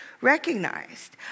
recognized